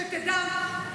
שתדע,